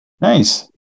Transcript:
Nice